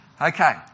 Okay